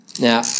Now